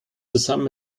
zusammen